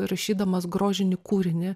rašydamas grožinį kūrinį